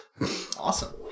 Awesome